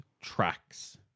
tracks